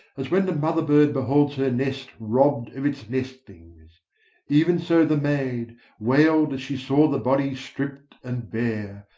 as when the mother bird beholds her nest robbed of its nestlings even so the maid wailed as she saw the body stripped and bare,